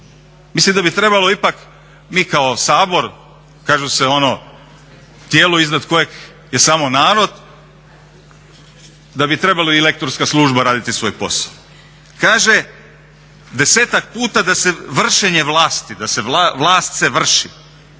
Mislim da bi trebalo ipak, mi kao Sabor, kaže se ono tijelo iznad kojeg je samo narod da bi trebala i lektorska služba raditi svoj posao. Kaže 10-ak puta da se vršenje vlast, da se vlast, vlast